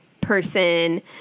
person